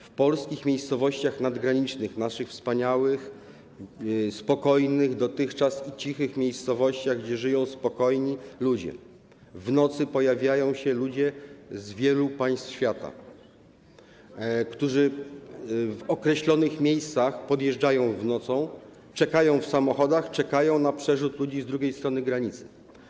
W polskich miejscowościach nadgranicznych, naszych wspaniałych, dotychczas spokojnych i cichych miejscowościach, gdzie żyją spokojni ludzie, w nocy pojawiają się ludzie z wielu państw świata, którzy w określonych miejscach podjeżdżają nocą, czekają w samochodach na przerzut ludzi z drugiej strony granicy.